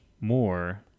more